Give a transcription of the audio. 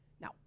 Now